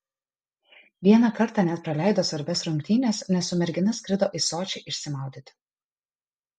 vieną kartą net praleido svarbias rungtynes nes su mergina skrido į sočį išsimaudyti